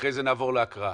אחרי זה נעבור להקראה.